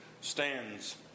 stands